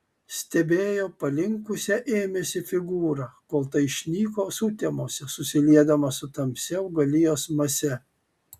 stebėjo palinkusią ėmėsi figūrą kol ta išnyko sutemose susiliedama su tamsia augalijos mase